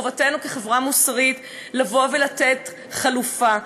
חובתנו כחברה מוסרית לבוא ולתת חלופה,